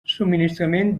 subministrament